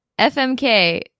FMK